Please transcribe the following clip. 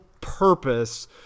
purpose